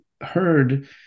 heard